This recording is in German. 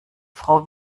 frau